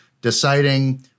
deciding